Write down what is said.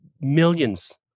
millions